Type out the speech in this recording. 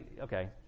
Okay